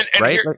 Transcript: right